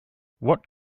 what